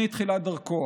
מתחילת דרכו,